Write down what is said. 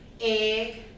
egg